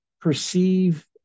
perceive